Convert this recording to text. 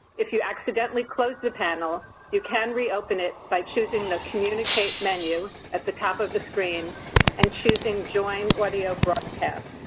if you accidentally close the panel, you can reopen it by choosing the communicate menu at the top of the screen and choosing join audio broadcast.